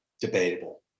debatable